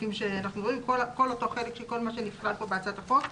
כל אותו חלק שנכלל פה בהצעת החוק,